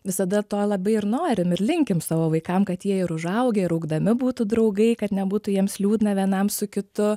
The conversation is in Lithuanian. visada to labai ir norim ir linkim savo vaikam kad jie ir užaugę ir augdami būtų draugai kad nebūtų jiems liūdna vienam su kitu